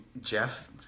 Jeff